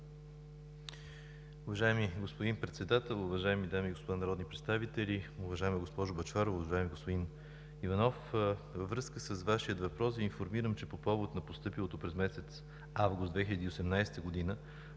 Уважаеми господин Председател, уважаеми дами и господа народни представители, уважаема госпожо Бъчварова, уважаеми господин Иванов! Във връзка с Вашия въпрос Ви информирам, че по повод постъпилото през месец август 2018 г.